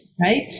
right